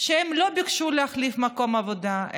שהם לא ביקשו להחליף מקום עבודה,